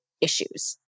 issues